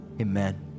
amen